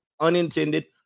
unintended